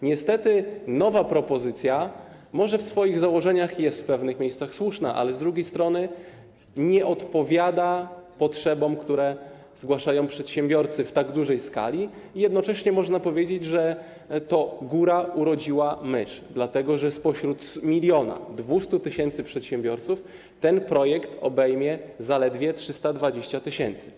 Niestety nowa propozycja może w swoich założeniach jest w pewnych miejscach słuszna, ale z drugiej strony nie odpowiada potrzebom, które zgłaszają przedsiębiorcy w tak dużej skali, i jednocześnie można powiedzieć, że to góra urodziła mysz, dlatego że spośród 1200 tys. przedsiębiorców ten projekt obejmie zaledwie 320 tys.